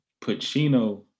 Pacino